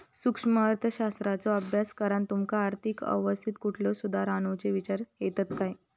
सूक्ष्म अर्थशास्त्राचो अभ्यास करान तुमका आर्थिक अवस्थेत कुठले सुधार आणुचे विचार येतत काय?